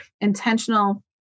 intentional